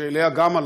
שגם אליה הלכנו,